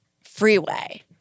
freeway